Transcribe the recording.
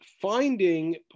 finding